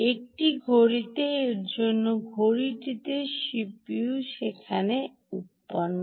একটি ঘড়িতে এ এর ঘড়িতে সিপিইউতে সেখানে উত্পন্ন